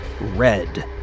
red